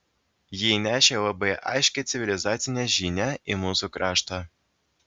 ji nešė labai aiškią civilizacinę žinią į mūsų kraštą